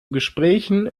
gesprächen